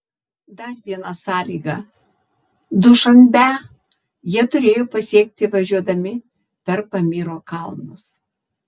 dar viena sąlyga dušanbę jie turėjo pasiekti važiuodami per pamyro kalnus